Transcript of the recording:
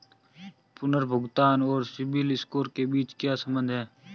पुनर्भुगतान और CIBIL score के बीच क्या संबंध है?